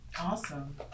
awesome